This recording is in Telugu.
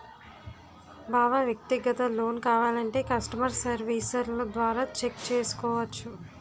బావా వ్యక్తిగత లోన్ కావాలంటే కష్టమర్ సెర్వీస్ల ద్వారా చెక్ చేసుకోవచ్చు